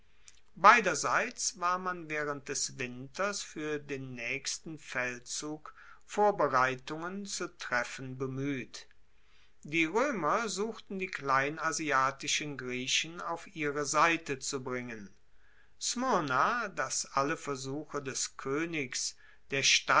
beiderseits war man waehrend des winters fuer den naechsten feldzug vorbereitungen zu treffen bemueht die roemer suchten die kleinasiatischen griechen auf ihre seite zu bringen smyrna das alle versuche des koenigs der